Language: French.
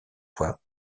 fois